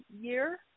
year